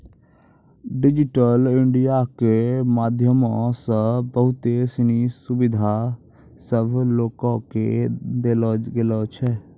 digital India के माध्यमो से बहुते सिनी सुविधा सभ लोको के देलो गेलो छै